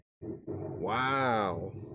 Wow